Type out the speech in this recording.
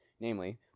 Namely